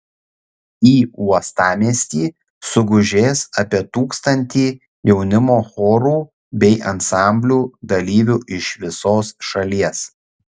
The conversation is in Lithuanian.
į uostamiestį sugužės apie tūkstantį jaunimo chorų bei ansamblių dalyvių iš visos šalies